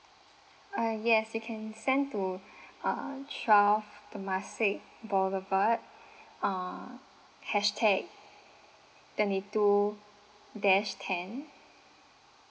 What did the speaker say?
uh yes you can send to uh twelve temasek boulevard uh hashtag twenty two dash ten